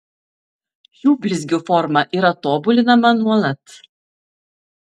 šių blizgių forma yra tobulinama nuolat